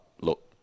look